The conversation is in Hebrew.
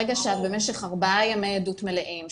ברגע שבמשך ארבעה ימי עדות מלאים,